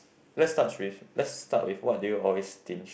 let's start with let's start with what do you always stinge